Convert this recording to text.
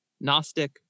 Gnostic